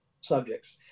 subjects